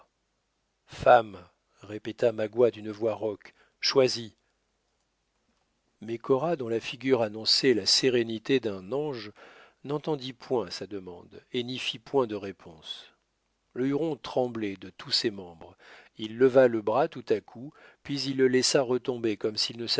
femme répéta magua d'une voix rauque choisis mais cora dont la figure annonçait la sérénité d'un ange n'entendit point sa demande et n'y fit point de réponse le huron tremblait de tous ses membres il leva le bras tout à coup puis il le laissa retomber comme s'il ne